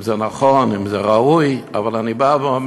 זה נכון, אם זה ראוי, אבל אני בא ואומר: